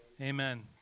Amen